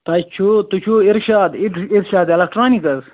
تۄہہِ چھُو تُہۍ چھُو اِرشاد اِ اِرشاد ایلٮ۪کٹرٛانِک حظ